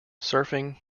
surfing